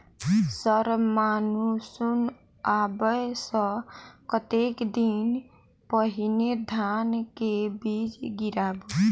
Sir monsoon आबै सऽ कतेक दिन पहिने धान केँ बीज गिराबू?